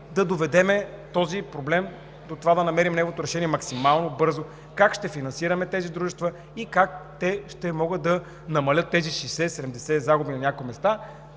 да доведем този проблем до това да намерим неговото решение максимално бързо как ще финансираме тези дружества и как те ще могат да намалят тези 60 – 70 загуби на някои места